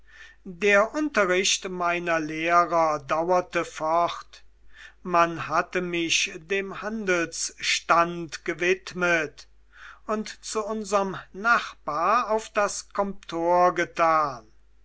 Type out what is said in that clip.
der unterricht meiner lehrer dauerte fort man hatte mich dem handelsstand gewidmet und zu unserm nachbar auf das